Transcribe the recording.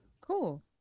Cool